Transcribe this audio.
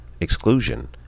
exclusion